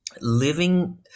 Living